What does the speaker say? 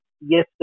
yes